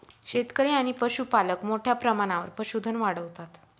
शेतकरी आणि पशुपालक मोठ्या प्रमाणावर पशुधन वाढवतात